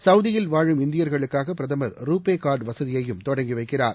சவுதியில் வாழும் இந்தியர்களுக்காக பிரதமர் ரூபே கார்டு வசதியையும் தொடங்கி வைக்கிறார்